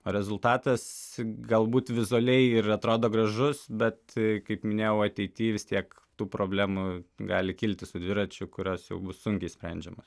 rezultatas galbūt vizualiai ir atrodo gražus bet kaip minėjau ateity vis tiek tų problemų gali kilti su dviračiu kurios jau bus sunkiai sprendžiamos